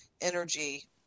energy